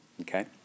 okay